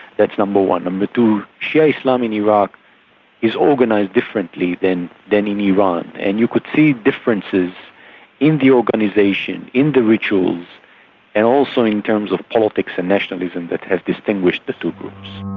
that's number one. number two, shia islam in iraq is organised differently than than in iran, and you could see differences in the organisation, in the rituals and also in terms of politics and nationalism that has distinguished the two groups.